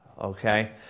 okay